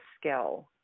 skill